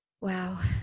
wow